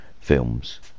films